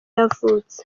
yavutse